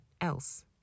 else